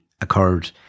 occurred